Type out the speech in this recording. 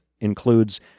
includes